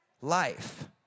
life